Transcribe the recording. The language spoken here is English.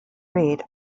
read